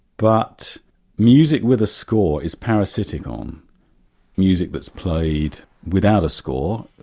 but music with a score is parasitical um music that's played without a score,